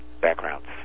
backgrounds